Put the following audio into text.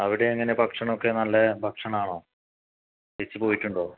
അവടെയെങ്ങനെയാണ് ഭക്ഷണമൊക്കെ നല്ല ഭക്ഷണമാണോ ചേച്ചി പോയിട്ടുണ്ടോ